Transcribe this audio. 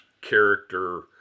character